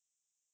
mmhmm